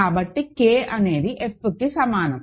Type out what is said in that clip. కాబట్టి K అనేది Fకి సమానం